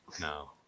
No